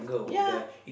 ya